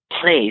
place